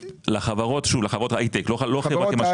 לחברות שוב לחברות הייטק לא משקיע,